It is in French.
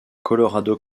colorado